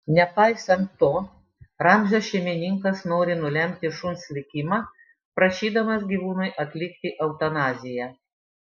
nepaisant to ramzio šeimininkas nori nulemti šuns likimą prašydamas gyvūnui atlikti eutanaziją